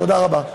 תודה רבה.